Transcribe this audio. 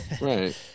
Right